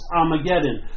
Armageddon